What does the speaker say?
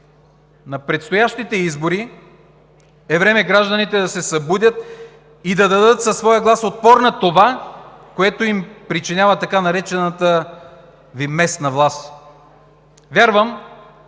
На предстоящите избори е време гражданите да се събудят и да дадат със своя глас отпор на това, което им причинява така наречената Ви местна власт. Вярвам,